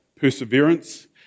perseverance